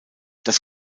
das